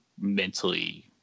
mentally